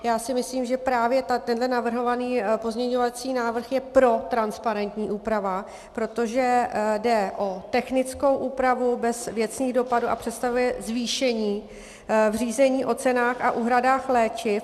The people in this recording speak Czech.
Já si myslím, že právě tenhle navrhovaný pozměňovací návrh je protransparentní úprava, protože jde o technickou úpravu bez věcných dopadů, a představuje zvýšení v řízení o cenách a úhradách léčiv.